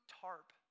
tarp